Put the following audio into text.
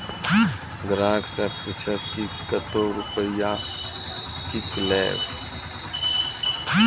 ग्राहक से पूछब की कतो रुपिया किकलेब?